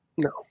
No